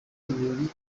ibirori